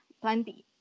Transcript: plenty